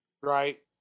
Right